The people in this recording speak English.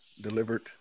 Delivered